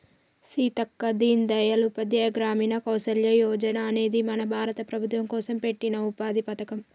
సీతక్క దీన్ దయాల్ ఉపాధ్యాయ గ్రామీణ కౌసల్య యోజన అనేది మన భారత ప్రభుత్వం కోసం పెట్టిన ఉపాధి పథకం